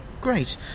great